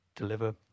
Deliver